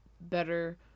better